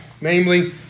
namely